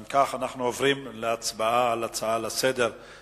אם כך, אנחנו עוברים להצבעה על ההצעה לסדר-היום.